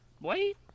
Wait